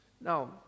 Now